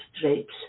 drapes